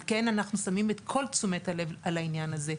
על כן אנחנו שמים את כל תשומת הלב על העניין הזה.